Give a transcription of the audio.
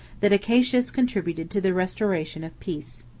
that acacius contributed to the restoration of peace.